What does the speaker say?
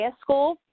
school